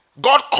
God